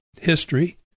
history